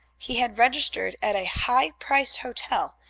he had registered at a high-priced hotel,